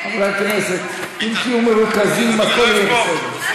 חברי הכנסת, אם תהיו מרוכזים, הכול יהיה בסדר.